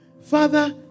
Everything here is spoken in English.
Father